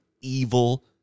evil